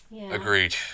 Agreed